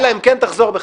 אלא אם כן תחזור בך.